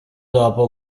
dopo